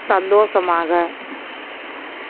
சந்தோசமாக